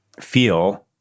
feel